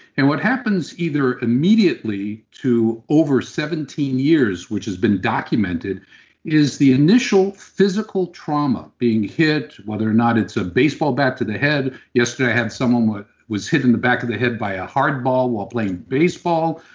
and what happens either immediately to over seventeen years which has been documented is the initial physical trauma, being hit, whether or not it's a baseball bat to the head yesterday, i had someone who was hit in the back of the head by a hardball while playing baseball,